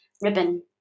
ribbon